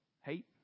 hate